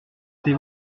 été